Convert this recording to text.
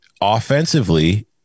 offensively